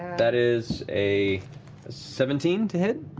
that is a seventeen to hit?